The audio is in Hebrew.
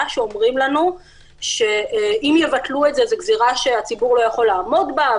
שאומרים לנו שאם יבטלו את זה זו גזירה שהציבור לא יכול לעמוד בה,